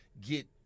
get